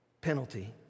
penalty